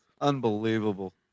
Unbelievable